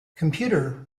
computer